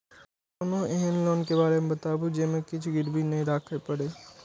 कोनो एहन लोन के बारे मे बताबु जे मे किछ गीरबी नय राखे परे?